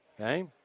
okay